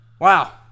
Wow